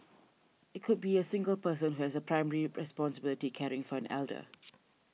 it could be a single person who has primary responsibility caring for an elder